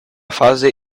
fase